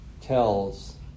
tells